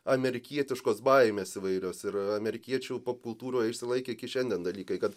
amerikietiškos baimės įvairios ir amerikiečių popkultūroj išsilaikė iki šiandien dalykai kad